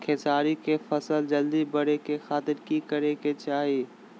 खेसारी के फसल जल्दी बड़े के खातिर की करे के चाही?